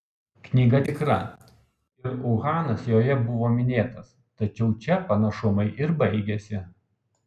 knyga tikra ir uhanas joje buvo minėtas tačiau čia panašumai ir baigiasi